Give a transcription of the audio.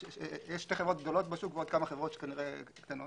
יש שתי חברות גדולות בשוק ועוד כמה חברות כנראה קטנות.